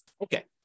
okay